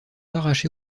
arrachées